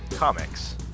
Comics